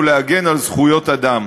ולהגן על זכויות אדם.